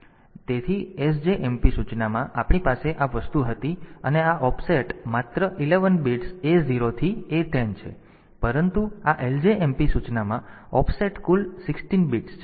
તેથી sjmp સૂચનામાં આપણી પાસે આ વસ્તુ હતી અને આ ઑફસેટ માત્ર 11 બિટ્સ A0 થી A10 છે પરંતુ આ ljmp સૂચનામાં ઓફસેટ કુલ 16 બિટ્સ છે